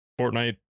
Fortnite